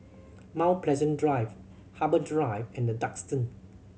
Mount Pleasant Drive Harbour Drive and The Duxton